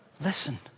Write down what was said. Listen